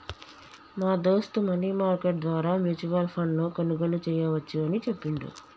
మా దోస్త్ money market ద్వారా మ్యూచువల్ ఫండ్ ను కొనుగోలు చేయవచ్చు అని చెప్పిండు